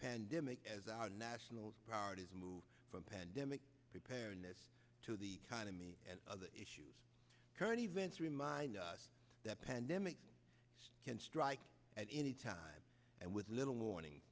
pandemic as our national priorities moved from pandemic preparedness to the economy and other issues current events remind us that pandemic can strike at any time and with little warning